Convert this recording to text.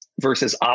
versus